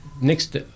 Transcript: next